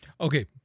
Okay